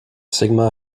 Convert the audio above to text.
sigma